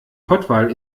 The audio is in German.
pottwal